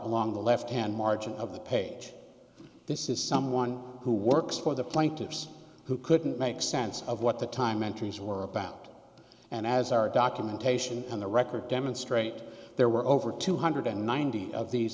along the left hand margin of the page this is someone who works for the plaintiffs who couldn't make sense of what the time entries were about and as our documentation and the record demonstrate there were over two hundred ninety of these